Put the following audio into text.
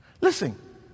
Listen